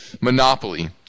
monopoly